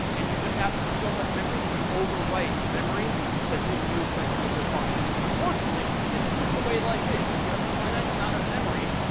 and you just ask for so much memory that you overwrite memory that's being used by some of your functions. unfortunately, this is just the way life is. if you have a finite amount of memory,